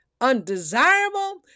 undesirable